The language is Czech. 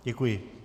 Děkuji.